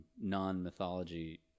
non-mythology